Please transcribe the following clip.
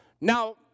Now